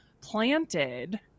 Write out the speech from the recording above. planted